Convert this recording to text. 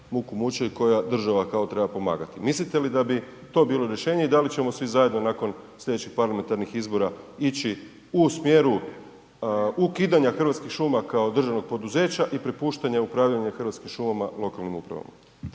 muku muče i koja država kao treba pomagati. Mislite li da bi to bilo rješenje i da li ćemo svi zajedno nakon slijedećih parlamentarnih izbora ići u smjeru ukidanja Hrvatskih šuma kao državnog poduzeća i prepuštanja upravljanja hrvatskim šumama lokalnim uprava?